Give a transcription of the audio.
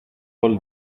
all